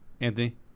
Anthony